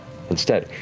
instead,